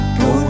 go